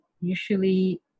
usually